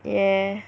yeah